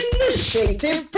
Initiative